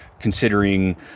considering